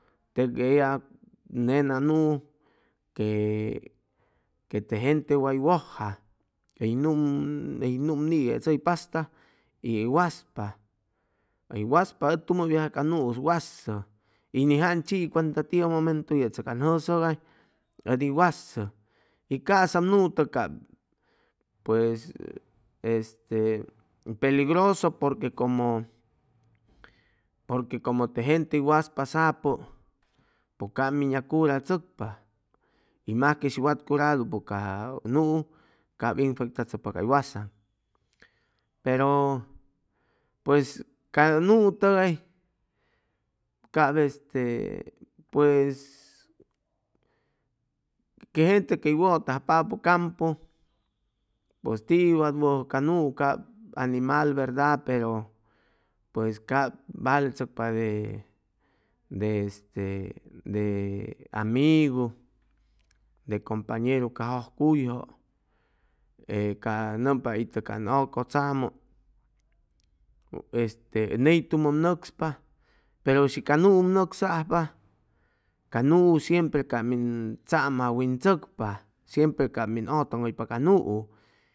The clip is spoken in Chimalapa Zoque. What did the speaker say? Tep ellag nena nuu que que te gente way wʉja hʉy num hʉy num niyedʉypaspa y hʉy waspa hʉy waspa ʉ tumʉ viaje ca nuus wasʉ y ni jan chii cuanta tiʉ momentu yechʉ can jʉsjʉgay ʉdi wasʉ y casap nuu tʉg cap pues este peligroso porque como porque como te gente hʉy waspa sapʉ pues cap min yag curachʉcpa y mas que shi wat curadupʉ ca nuu cap infectachʉcpa cay wasaŋ pero pues ca nuu tʉgay cap este puews que gente quey wʉtajpapʉ campu pues tie wat wʉjʉ ca nuu cap animal verda pero pues cap valechʉcpa de de amigu de compañeru ca jʉjcuyjʉ e ca ca nʉmpa itʉ can ʉcʉtzamʉ este ney tumʉ ʉm nʉcspa pero shi ca nuu ʉm nʉcsajpa ca nuu shempre ca min tzam'awin tzʉcpa shempre cap min ʉtʉŋhʉypa ca nuu